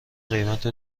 قیمت